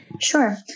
Sure